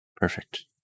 Perfect